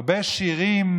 הרבה שירים,